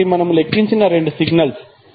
కాబట్టి ఇవి మనము లెక్కించిన రెండు సిగ్నల్స్